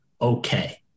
okay